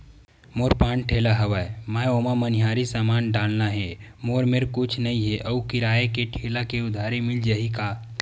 मोर पान ठेला हवय मैं ओमा मनिहारी समान डालना हे मोर मेर कुछ नई हे आऊ किराए के ठेला हे उधारी मिल जहीं का?